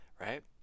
right